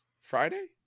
friday